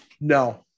No